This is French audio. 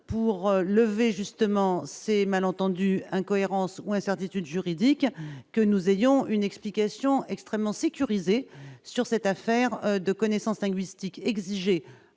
pour lever justement ces malentendus incohérence ou incertitudes juridiques que nous ayons une explication extrêmement sécurisé sur cette affaire de connaissances Agusti qu'exiger